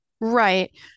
right